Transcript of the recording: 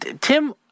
Tim